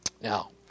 Now